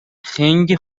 خنگ